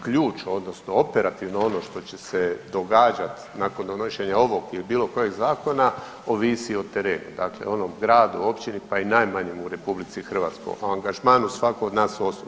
Ključ, odnosno operativno ono što će se događati nakon donošenja odluke ili bilo kojeg zakona ovisi o terenu, dakle onom gradu, općini, pa i najmanjem u RH, a o angažmanu svatko od nas osobno.